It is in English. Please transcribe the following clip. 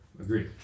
Agreed